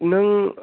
नों